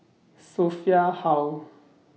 Sophia Hull